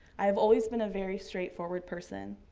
i have always been a very straightforward person.